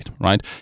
right